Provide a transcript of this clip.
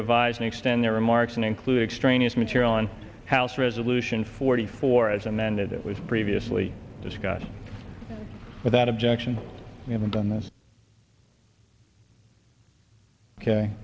revise and extend their remarks in include extraneous material and house resolution forty four as amended it was previously discussed without objection we haven't done this ok